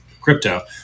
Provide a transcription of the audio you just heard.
crypto